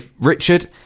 Richard